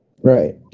Right